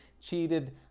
cheated